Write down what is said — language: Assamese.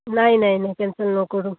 নাই নাই নাই কেনঞ্চেল নকৰোঁ